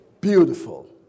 beautiful